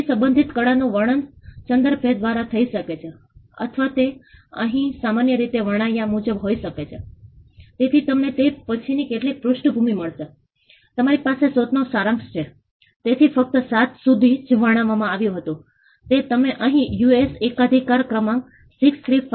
તેથી પણ આ સૂચિ ચાલુ રહી અને તમે જોઈ શકો છો કે આ વિચારણા સત્રો દરમિયાન આ કેટલાક ફોટોગ્રાફ્સ છે અમારા વિદ્યાર્થીઓ અને નિષ્ણાતો અને સમુદાયના લોકો પણ જે એક સાથે કામ કરી રહ્યા છે